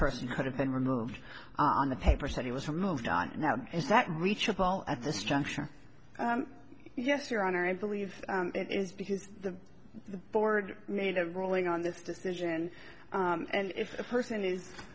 person could have been removed on the paper said he was for moved on now is that reachable at this juncture yes your honor i believe it is because the board made a ruling on this decision and if a person is